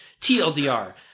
TLDR